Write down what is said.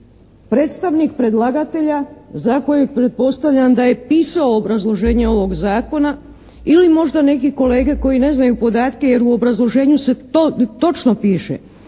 Predstavnik predlagatelja za kojeg pretpostavljam da je pisao obrazloženje ovog Zakona ili možda neki kolege koji ne znaju podatke jer u obrazloženju se točno piše: